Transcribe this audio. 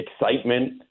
excitement